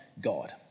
God